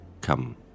come